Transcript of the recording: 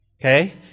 okay